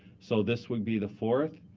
so this would be the fourth.